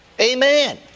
Amen